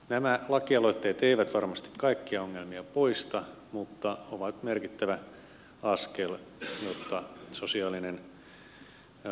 nämä lakialoitteet eivät varmasti kaikkia ongelmia poista mutta ovat merkittävä askel jotta sosiaalinen oikeudenmukaisuus toteutuu